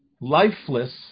lifeless